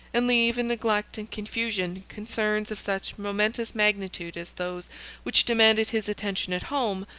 and leave in neglect and confusion concerns of such momentous magnitude as those which demanded his attention at home,